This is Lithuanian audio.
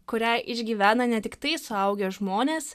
kurią išgyvena ne tiktai suaugę žmonės